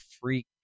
freak